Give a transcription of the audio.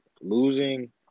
losing